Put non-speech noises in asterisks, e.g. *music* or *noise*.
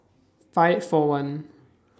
five four one *noise*